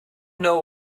know